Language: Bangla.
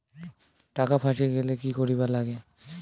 টাকা ফাঁসি গেলে কি করিবার লাগে?